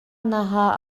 наһаа